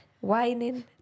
Whining